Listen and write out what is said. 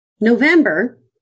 November